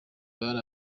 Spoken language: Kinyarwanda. bari